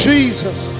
Jesus